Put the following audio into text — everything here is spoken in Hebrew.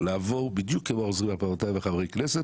לעבור בדיוק כמו העוזרים הפרלמנטריים וחברי הכנסת